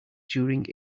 during